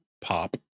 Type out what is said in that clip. pop